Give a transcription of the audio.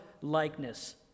likeness